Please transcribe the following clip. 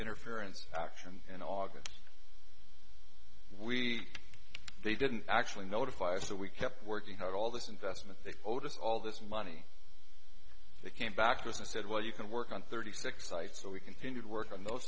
interference action in august we they didn't actually notify us so we kept working hard all this investment they owed us all this money that came back to us and said well you can work on thirty six sites so we continue to work on those